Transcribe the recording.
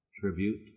Tribute